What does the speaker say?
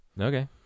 Okay